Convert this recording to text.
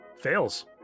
fails